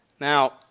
Now